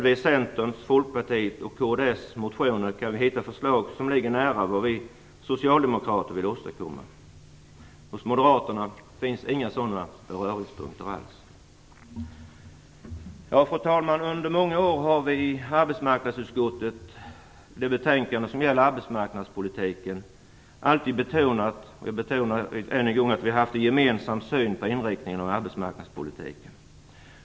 I Centerns, Folkpartiets och kds motioner kan vi hitta förslag som ligger nära vad vi socialdemokrater vill åstadkomma. Hos moderaterna finns inga sådana beröringspunkter. Fru talman! Under många år har vi i arbetsmarknadsutskottet alltid haft en gemensam syn på inriktningen av arbetsmarknadspolitiken i de betänkanden som gäller arbetsmarknadspolitiken. Jag betonar än en gång att det har varit en gemensam syn.